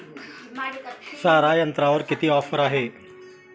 सारा यंत्रावर किती ऑफर आहे?